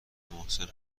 محسن